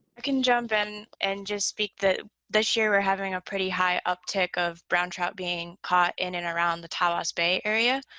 i can jump in and just speak that this year we're having a pretty high uptick of brown trout being caught in and around the tawas bay area.